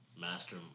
master